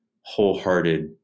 wholehearted